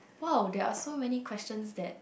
oh there are so many questions that